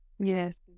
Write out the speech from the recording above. Yes